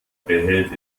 behält